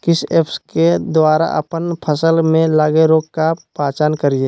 किस ऐप्स के द्वारा अप्पन फसल में लगे रोग का पहचान करिय?